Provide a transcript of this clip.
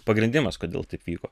pagrindimas kodėl taip vyko